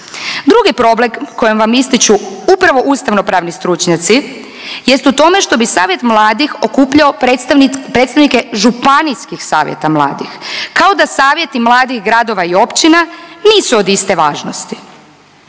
Drugi problem koji vam ističu upravo ustavno-pravni stručnjaci jest u tome što bi Savjet mladih okupljao predstavnike Županijskih savjeta mladih kao da savjeti mladih gradova i općina nisu od iste važnosti,